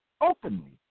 openly